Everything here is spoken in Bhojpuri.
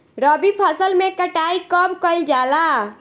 रबी फसल मे कटाई कब कइल जाला?